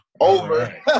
Over